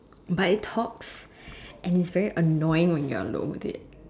but it talks and it's very annoying when you are alone with it